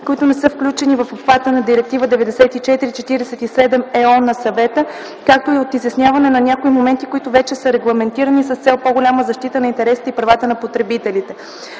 които не са включени в обхвата на Директива 94/47/ЕО на Съвета, както и от изясняване на някои моменти, които вече са регламентирани, с цел по-голяма защита на интересите и правата на потребителите.